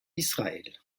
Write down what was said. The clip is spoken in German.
israel